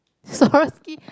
Swarovski